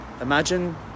Imagine